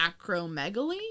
acromegaly